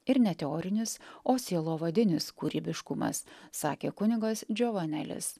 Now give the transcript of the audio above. ir ne teorinis o sielovadinis kūrybiškumas sakė kunigas džiovanelis